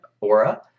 aura